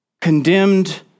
condemned